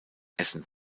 essen